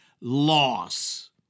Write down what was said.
loss